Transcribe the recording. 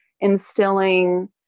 instilling